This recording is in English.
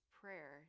prayer